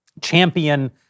champion